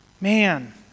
Man